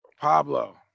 Pablo